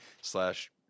slash